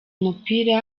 umupira